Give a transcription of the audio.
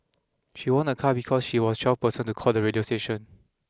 she won a car because she was twelfth person to call the radio station